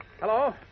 Hello